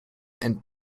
and